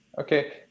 Okay